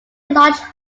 large